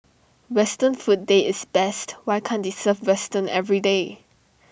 western food day is best why can deserve western everyday